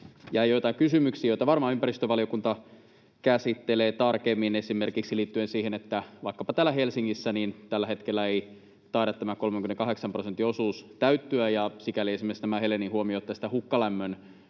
jäi joitain kysymyksiä, joita varmaan ympäristövaliokunta käsittelee tarkemmin, liittyen esimerkiksi siihen, että vaikkapa täällä Helsingissä tällä hetkellä ei taida 38 prosentin osuus täyttyä. Sikäli esimerkiksi nämä Helenin huomiot hukkalämmön